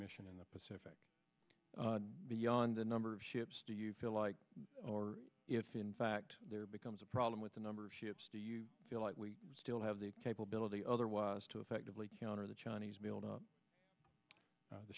mission in the pacific beyond the number of ships do you feel like or if in fact there becomes a problem with the number of ships do you feel like we still have the capability otherwise to effectively counter the chinese